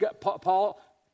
Paul